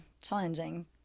challenging